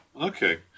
okay